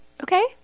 Okay